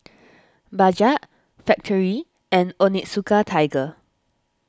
Bajaj Factorie and Onitsuka Tiger